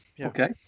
Okay